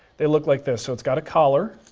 they look like this. so it's got a collar